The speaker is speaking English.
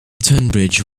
tunbridge